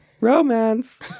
Romance